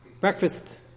Breakfast